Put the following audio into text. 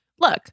Look